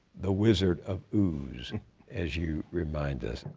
the wizard of ooze as you remind us.